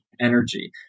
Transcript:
energy